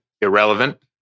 irrelevant